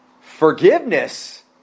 forgiveness